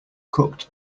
cooked